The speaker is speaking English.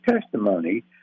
testimony